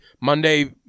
Monday